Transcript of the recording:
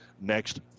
next